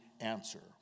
answer